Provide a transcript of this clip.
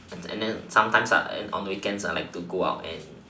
and then sometimes on weekends I like to go out and